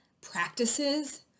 practices